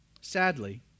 Sadly